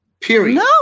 period